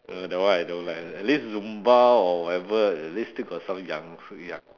uh that one I don't like at least zumba or whatever at least still got some youngst~ young